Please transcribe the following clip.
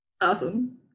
Awesome